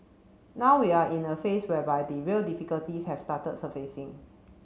now we are in a phase whereby the real difficulties have started surfacing